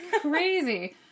crazy